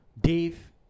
Dave